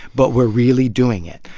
but we're really doing it.